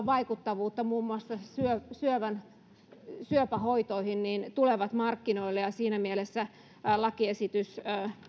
vaikuttavuutta muun muassa syöpähoitoihin tulevat markkinoille siinä mielessä lakiesitys